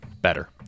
Better